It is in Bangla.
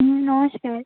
হুম নমস্কার